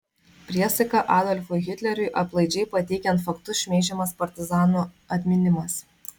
priesaika adolfui hitleriui aplaidžiai pateikiant faktus šmeižiamas partizanų atminimas